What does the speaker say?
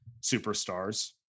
superstars